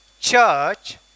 church